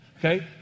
Okay